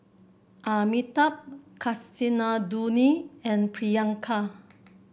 Amitabh Kasinadhuni and Priyanka